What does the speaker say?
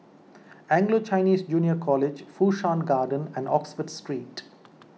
Anglo Chinese Junior College Fu Shan Garden and Oxford Street